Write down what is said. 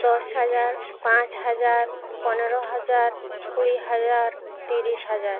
দশ হাজার পাঁচ হাজার পনেরো হাজার কুড়ি হাজার ত্রিশ হাজার